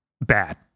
Bad